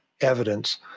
evidence